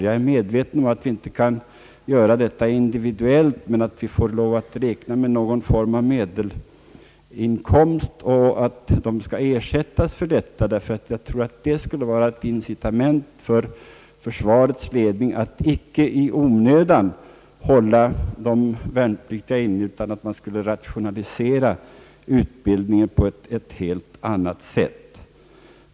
Jag är medveten om att vi inte kan göra detta individuellt, utan vi måste räkna med någon form av medelinkomst efter vilken de värnpliktiga skall ersättas. Jag anser att detta borde vara ett incitament för försvarets ledning att icke i onödan ha de värnpliktiga inkallade och för att rationalisera utbildningen på ett annat sätt.